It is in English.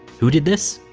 who did this?